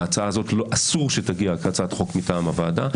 ההצעה הזאת, אסור שתגיע כהצעת חוק מטעם הוועדה.